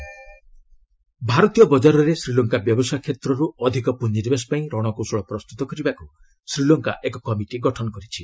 SL trade ଭାରତୀୟ ବଜାରରେ ଶ୍ରୀଲଙ୍କା ବ୍ୟବସାୟ କ୍ଷେତ୍ରରୁ ଅଧିକ ପୁଞ୍ଜିନିବେଶ ପାଇଁ ରଣକୌଶଳ ପ୍ରସ୍ତୁତ କରିବାକୁ ଶ୍ରୀଲଙ୍କା ଏକ କମିଟି ଗଠନ କରିଛି